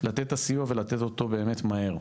לתת את הסיוע ולתת אותו באמת מהר,